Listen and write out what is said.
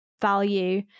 value